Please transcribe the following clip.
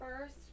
first